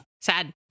Sad